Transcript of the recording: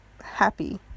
happy